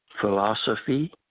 philosophy